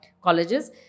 colleges